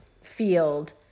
field